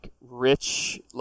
rich